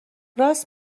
راست